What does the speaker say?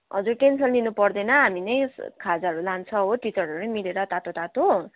tension लिनुपर्दैन हामी नै खाजाहरू लान्छौँ हो टिचरहरू मिलेर तातो तातो